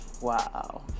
Wow